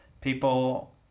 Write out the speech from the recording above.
people